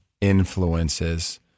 influences